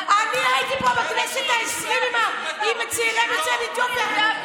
אני הייתי פה בכנסת העשרים עם הצעירים יוצאי אתיופיה.